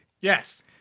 Yes